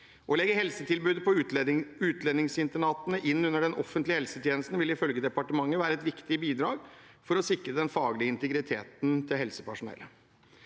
Å legge helsetilbudet på utlendingsinternatene innunder den offentlige helsetjenesten vil ifølge departementet være et viktig bidrag for å sikre den faglige integriteten til helsepersonellet.